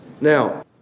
Now